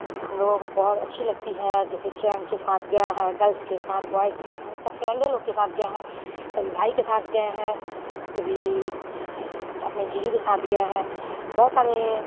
تو ہم لوگوں کو بہت اچھی لگتی ہے جیسے فرینڈ کے ساتھ گئے ہیں گرلس کے ساتھ بوائز کے ساتھ سب فرینڈے لوگ کے ساتھ گئے ہیں کبھی بھائی کے ساتھ گئے ہیں کبھی اپنے جیجو کے ساتھ گئے ہیں بہت سارے